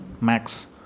Max